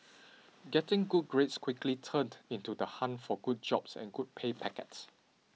getting good grades quickly turned into the hunt for good jobs and good pay packets